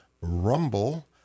rumble